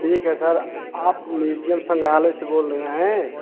ठीक है सर आप म्यूजियम संग्रहालय से बोल रहे हैं